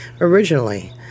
originally